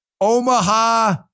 Omaha